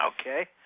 Okay